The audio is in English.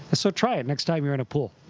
and so try it next time you're in a pool.